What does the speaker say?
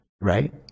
Right